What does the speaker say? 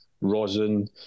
rosin